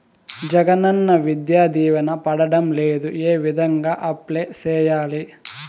జగనన్న విద్యా దీవెన పడడం లేదు ఏ విధంగా అప్లై సేయాలి